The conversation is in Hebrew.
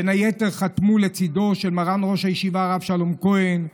בין היתר חתמו לצידו של מר"ן ראש הישיבה הרב שלום כהן,